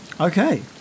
Okay